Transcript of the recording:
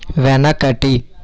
వెనకటి